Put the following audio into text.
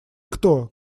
кто